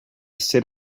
sit